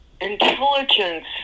intelligence